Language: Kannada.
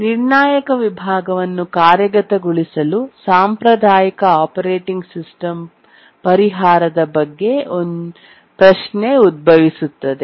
ನಿರ್ಣಾಯಕ ವಿಭಾಗವನ್ನು ಕಾರ್ಯಗತಗೊಳಿಸಲು ಸಾಂಪ್ರದಾಯಿಕ ಆಪರೇಟಿಂಗ್ ಸಿಸ್ಟಮ್ ಪರಿಹಾರದ ಬಗ್ಗೆ ಪ್ರಶ್ನೆ ಉದ್ಭವಿಸುತ್ತದೆ